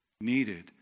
needed